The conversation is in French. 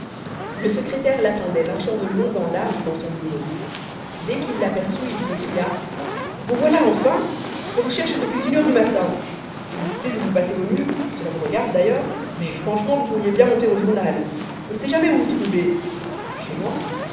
le secrétaire l'attendait marchant de long en large dans son bureau dès qu'il l'aperçut il s'écria vous voilà enfin on vous cherche depuis une heure du matin je ne sais où vous passez vos nuits cela vous regarde d'ailleurs mais franchement vous pourriez bien monter au journal on ne sait jamais où vous trouver chez moi